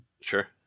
Sure